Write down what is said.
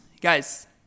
guys